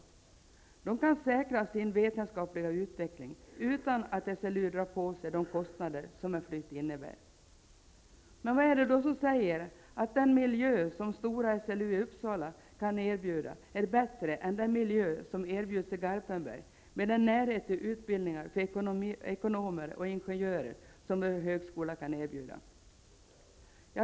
Man kan säkra sin vetenskapliga utveckling utan att SLU drar på sig de kostnader som en flytt innebär. Vad är det då som säger att den miljö som stora SLU i Uppsala kan erbjuda är bättre än den miljö som erbjuds i Garpenberg med den närhet till utbildningar för ekonomer och ingenjörer som vår högskola kan erbjuda?